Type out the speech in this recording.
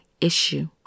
issue